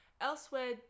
Elsewhere